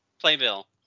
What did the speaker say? Playbill